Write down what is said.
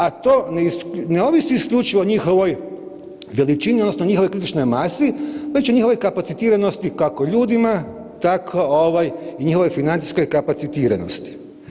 A to ne ovisi isključivo o njihovoj veličini odnosno njihovoj kritičnoj masi, već o njihovoj kapacitiranosti, kako ljudima, tako i njihovoj financijskoj kapacitiranosti.